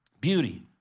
beauty